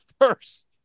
first